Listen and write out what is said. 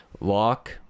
lock